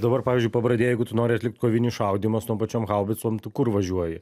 dabar pavyzdžiui pabradėje jeigu tu nori atlikt kovinį šaudymą su tom pačiom haubicom tu kur važiuoji